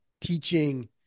teaching